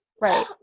Right